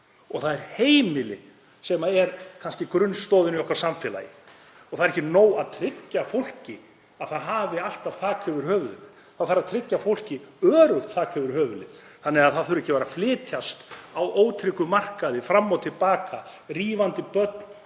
og það eru heimilin sem eru kannski grunnstoðin í okkar samfélagi. Það er ekki nóg að tryggja fólki að það hafi alltaf þak yfir höfuðið. Það þarf að tryggja fólki öruggt þak yfir höfuðið þannig að það þurfi ekki að flytja á ótryggum markaði fram og til baka, rífandi börn